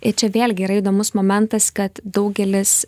i čia vėlgi yra įdomus momentas kad daugelis